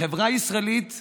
החברה הישראלית מפולגת,